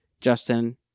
justin